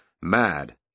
mad